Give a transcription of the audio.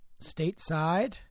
stateside